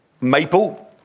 Maple